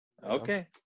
Okay